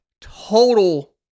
total